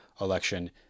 election